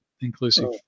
inclusive